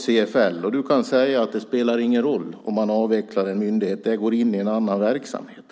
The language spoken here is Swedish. Skolministern kan säga att det inte spelar någon roll om en myndighet avvecklas eftersom det hela går in i en annan verksamhet.